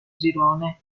girone